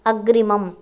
अग्रिमम्